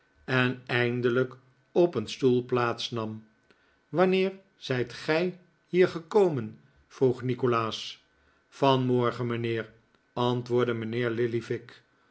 en eindelijk op een stoel plaats nam wanneer zijt gij hier gekomen vroeg nikolaas vanmorgen mijnheer antwoordde mijnheer lillyvick